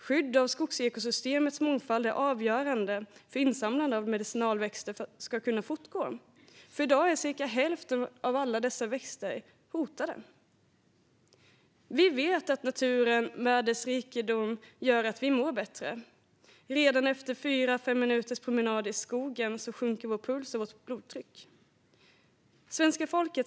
Skydd av skogsekosystemets mångfald är avgörande för att insamlande av medicinalväxter ska kunna fortgå. I dag är cirka hälften av alla dessa växter hotade. Vi vet att naturens rikedom gör att vi mår bättre. Redan efter fyra fem minuters promenad i skogen sjunker vår puls och vårt blodtryck.